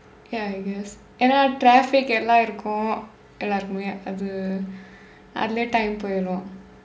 ya I guess ஏனா:eenaa traffic எல்லா இருக்கும் எல்லாருக்குமே அது அதுலே:ellaa irukkum ellarukkume athu athulee time போயிரும்:pooyirum